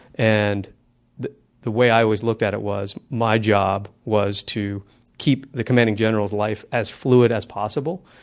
and the the way i always looked at it was, my job was to keep the commanding general's life as fluid as possible.